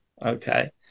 Okay